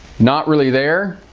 not really there